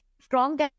strong